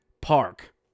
Park